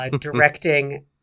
directing